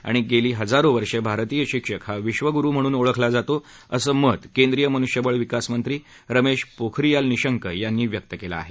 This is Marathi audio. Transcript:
आणि गेली हजारो वर्षे भारतीय शिक्षक हा विक्षगुरु म्हणून ओळखला जातो असं मत केंद्रीय मनुष्यबळ विकासमंत्री रमेश पोखरियाल निशंक यांनी व्यक्त केलं आहे